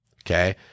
Okay